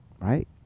Right